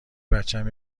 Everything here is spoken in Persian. بچم